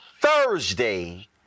Thursday